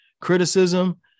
criticism